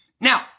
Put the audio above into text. Now